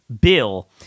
bill